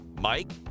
Mike